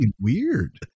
weird